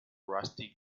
rusty